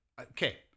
Okay